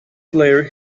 player